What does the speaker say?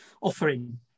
offering